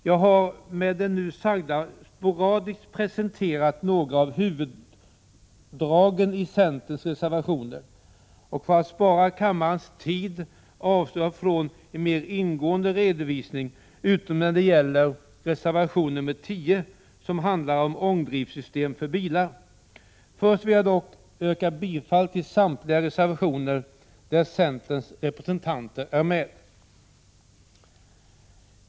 Jag har med det nu sagda sporadiskt presenterat några av huvuddragen i centerns reservationer, och för att spara kammarens tid avstår jag från en mer ingående redovisning utom när det gäller reservation 10, som handlar om ångdrivsystem för bilar. Först vill jag dock yrka bifall till samtliga reservationer där centerns representanter är med.